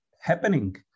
happening